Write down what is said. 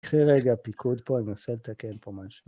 קחי רגע פיקוד פה, אני מנסה לתקן פה משהו.